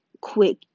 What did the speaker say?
quick